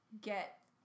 get